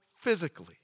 physically